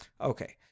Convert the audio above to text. okay